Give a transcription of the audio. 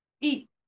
eat